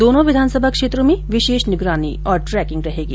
दोनो विधानसभा क्षेत्रों में विशेष निगरानी और ट्रेकिंग रहेगी